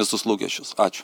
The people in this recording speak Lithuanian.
visus lūkesčius ačiū